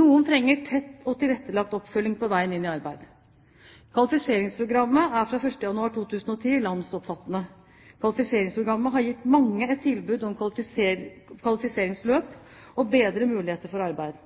Noen trenger tett og tilrettelagt oppfølging på veien inn i arbeid. Kvalifiseringsprogrammet er fra 1. januar 2010 landsomfattende. Kvalifiseringsprogrammet har gitt mange et tilbud om kvalifiseringsløp og bedrede muligheter for arbeid.